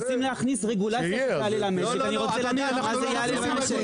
רוצים להכניס רגולציה למשק אני רוצה לדעת מה זה יעלה למשק.